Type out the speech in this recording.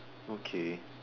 okay